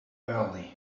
early